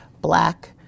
black